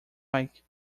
like